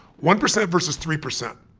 one percent versus three percent,